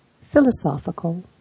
philosophical